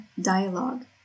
dialogue